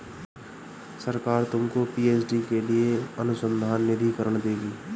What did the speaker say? सरकार तुमको पी.एच.डी के लिए अनुसंधान निधिकरण देगी